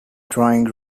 drawing